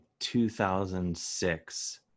2006